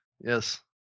yes